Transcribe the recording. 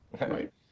right